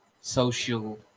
social